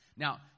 Now